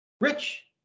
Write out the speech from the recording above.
Rich